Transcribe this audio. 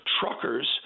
truckers